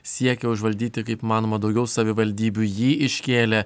siekia užvaldyti kaip įmanoma daugiau savivaldybių jį iškėlė